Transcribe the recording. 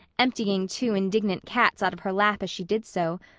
emptying two indignant cats out of her lap as she did so,